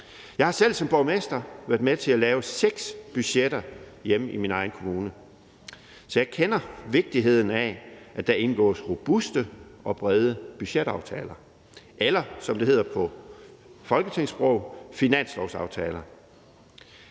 Jeg har selv som borgmester været med til at lave seks budgetaftaler hjemme i min egen kommune. Så jeg kender vigtigheden af, at der indgås robuste og brede budgetaftaler eller, som det hedder på folketingssprog, finanslovsaftaler.